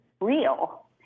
real